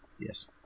Yes